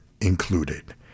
included